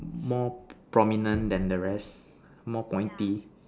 more prominent than the rest more pointy